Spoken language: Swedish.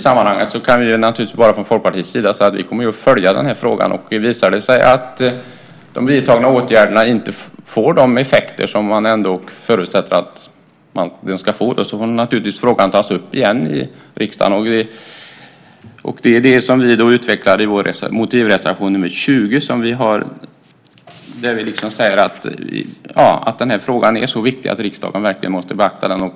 Jag kan bara från Folkpartiets sida säga att vi kommer att följa den här frågan. Visar det sig att de vidtagna åtgärderna inte får de effekter som man förutsätter att de ska få får frågan tas upp i riksdagen igen. Det är det som vi utvecklar i vår motivreservation nr 20, där vi säger att den här frågan är så viktig att riksdagen verkligen måste beakta den.